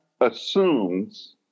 assumes